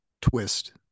twist